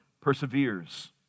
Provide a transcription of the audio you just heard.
perseveres